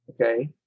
Okay